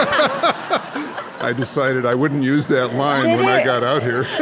i decided i wouldn't use that line when i got out here